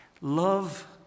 Love